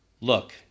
look